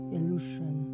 Illusion